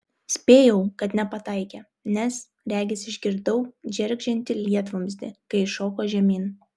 spėjau kad nepataikė nes regis išgirdau džeržgiantį lietvamzdį kai jis šoko žemyn